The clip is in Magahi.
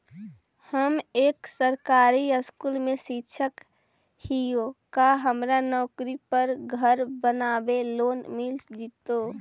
हम एक सरकारी स्कूल में शिक्षक हियै का हमरा नौकरी पर घर बनाबे लोन मिल जितै?